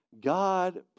God